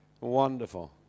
Wonderful